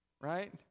right